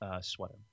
sweater